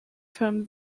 from